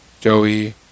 Joey